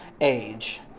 age